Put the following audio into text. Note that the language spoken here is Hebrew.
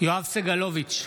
יואב סגלוביץ'